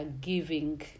giving